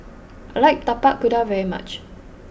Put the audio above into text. I like Tapak Kuda very much